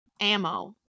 ammo